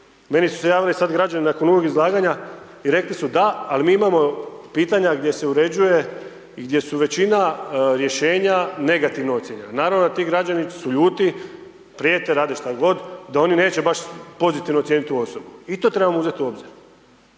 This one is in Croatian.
Meni su se javili sad građani nakon uvodnog izlaganja i rekli su da ali mi imamo pitanja gdje se uređuje i gdje su većina rješenja negativno ocjenjena. Naravno da ti građani su ljuti, prijete, rade šta god, da oni neće baš pozitivno ocijeniti tu osobu. I to trebamo uzeti u obzir.